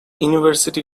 university